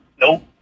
Nope